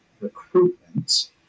recruitment